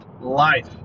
Life